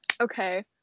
okay